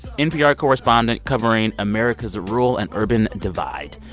npr correspondent covering america's rural and urban divide.